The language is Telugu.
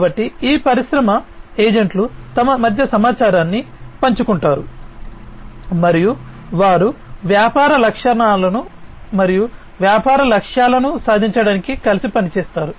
కాబట్టి ఈ పరిశ్రమ ఏజెంట్లు తమ మధ్య సమాచారాన్ని పంచుకుంటారు మరియు వారు వ్యాపార లక్ష్యాలను సాధించడానికి కలిసి పనిచేస్తారు